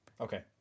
Okay